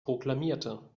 proklamierte